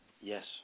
Yes